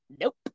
Nope